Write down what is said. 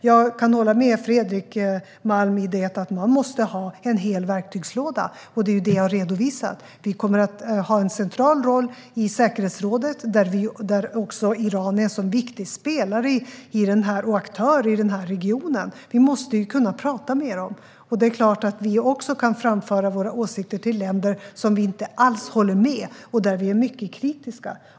Jag håller med Fredrik Malm om att det behövs en hel verktygslåda. Det är vad jag har redovisat. Sverige kommer att ha en central roll i säkerhetsrådet, där Iran är en viktig spelare och aktör i regionen. Vi måste kunna prata med dem. Sverige måste självklart kunna framföra åsikter till länder som vi inte håller med och är mycket kritiska mot.